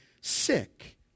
sick